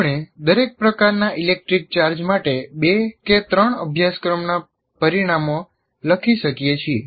આપણે દરેક પ્રકારના ઇલેક્ટ્રિક ચાર્જ માટે બે કે ત્રણ અભ્યાસક્રમના પરિણામો લખી શકીએ છીએ